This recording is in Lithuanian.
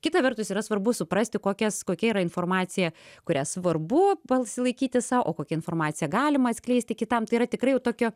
kita vertus yra svarbu suprasti kokias kokia yra informacija kurią svarbu palsilaikyti sau o kokią informaciją galima atskleisti kitam tai yra tikrai jau tokio